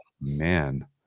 man